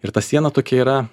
ir ta siena tokia yra